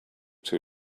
too